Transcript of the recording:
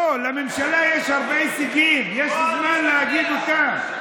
לא, לממשלה יש הרבה הישגים, יש זמן להגיד אותם.